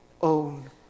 own